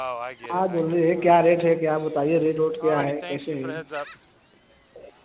हाँ बोलिए क्या रेट है क्या बताइए रेट वेट क्या है कैसे है